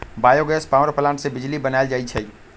bio gas power plant से बिजली बनाएल जाइ छइ